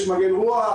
יש מגן רוח,